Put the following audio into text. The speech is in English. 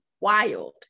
wild